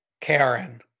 Karen